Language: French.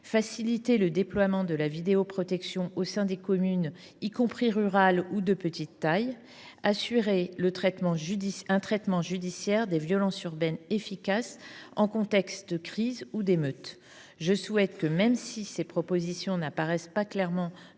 faciliter le déploiement de la vidéoprotection au sein des communes rurales ou de petite taille ; assurer un traitement judiciaire des violences urbaines efficace en contexte de crise ou d’émeutes. Même si ces prescriptions n’apparaissent pas explicitement